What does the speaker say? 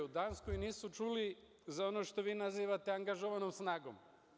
U Danskoj nisu čuli za ono što vi nazivate angažovanom snagom.